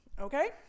okay